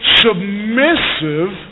submissive